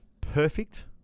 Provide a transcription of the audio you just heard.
perfect